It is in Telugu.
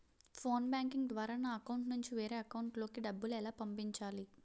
ఫోన్ బ్యాంకింగ్ ద్వారా నా అకౌంట్ నుంచి వేరే అకౌంట్ లోకి డబ్బులు ఎలా పంపించాలి?